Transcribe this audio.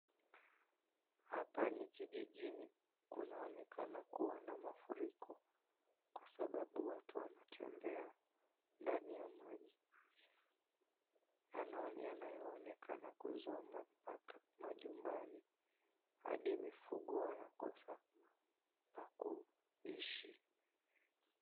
Hapa ni kijijini, kunaonekana kuwa na mafuriko kwa sababu watu wanatembea ndani ya maji yanayoonekana kuzomba mpaka machumbani adi mifugo wanakosa pa kuishi.